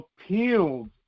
appealed